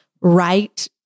right